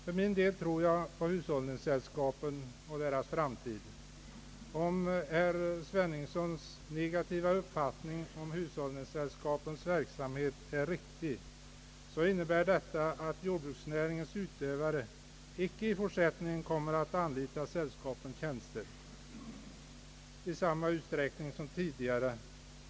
För min del tror jag på hushållningssällskapen och deras framtid. Om herr Sveningssons negativa uppfattning om hushållningssällskapen verkligen är riktig, innebär detta att jordbruksnäringens utövare i fortsättningen inte kommer att anlita sällskapens tjänster i samma utsträckning som tidigare.